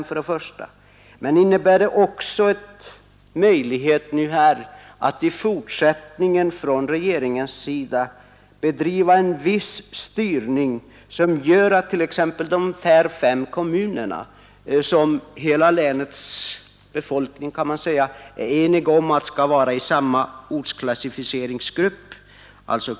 Innebär förslaget för det andra en möjlighet för regeringen att i fortsättningen bedriva en viss differentierad styrning beträffande exempelvis de här fem kommunerna — Kiruna, Gällivare, Kalix, Haparanda och Arvidsjaur? På länsplanet är man enig om att de skall tillhöra samma ortsklassificeringsgrupp.